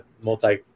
multi